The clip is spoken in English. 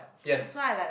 yes